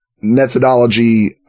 methodology